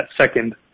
second